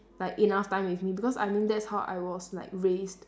like enough time with me because I mean that's how I was like raised